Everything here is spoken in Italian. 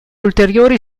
ulteriori